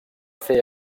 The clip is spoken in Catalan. fer